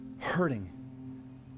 hurting